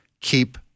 keep